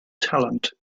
talent